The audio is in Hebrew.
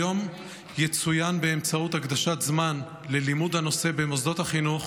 היום יצוין באמצעות הקדשת זמן ללימוד הנושא במוסדות החינוך